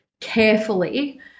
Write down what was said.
carefully